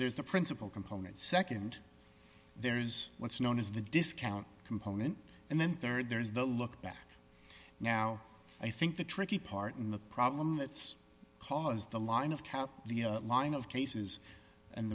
there's the principal component nd there is what's known as the discount component and then rd there is the look back now i think the tricky part and the problem that's caused the line of cap the line of cases and